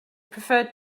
preferred